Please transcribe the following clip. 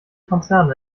konzerne